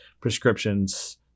prescriptions